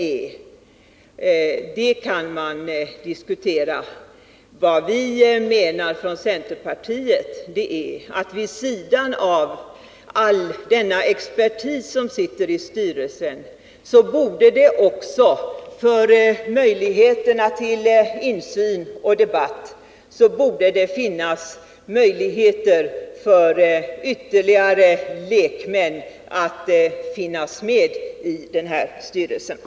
Vad vi i centerpartiet menar är att det — vid sidan av all denna expertis som sitter i styrelsen — också borde finnas ytterligare lekmän för att öka möjligheterna till insyn och debatt.